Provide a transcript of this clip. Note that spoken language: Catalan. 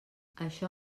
això